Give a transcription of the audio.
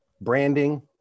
branding